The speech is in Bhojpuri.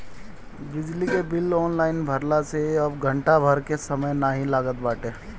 बिजली के बिल ऑनलाइन भरला से अब घंटा भर के समय नाइ लागत बाटे